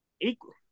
equal